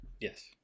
Yes